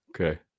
Okay